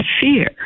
fear